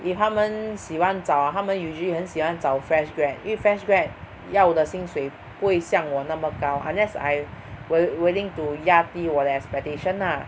if 他们喜欢找他们 usually 很喜欢找 fresh grad 因为 fresh grad 要的薪水不会像我那么高 unless I wi~ willing to 压低我的 expectation lah